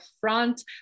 front